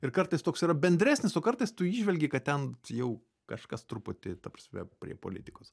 ir kartais toks yra bendresnis o kartais tu įžvelgi kad ten jau kažkas truputį ta prasme prie politikos